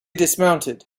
dismounted